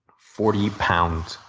forty pounds.